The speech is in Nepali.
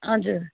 हजुर